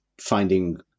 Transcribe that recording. finding